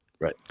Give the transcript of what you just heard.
Right